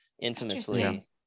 infamously